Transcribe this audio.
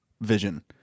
vision